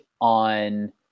on